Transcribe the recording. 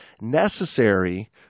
necessary